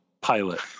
pilot